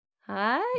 Hi